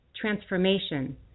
transformation